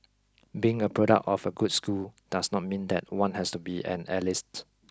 being a product of a good school does not mean that one has to be an elitist